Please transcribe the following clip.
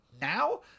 now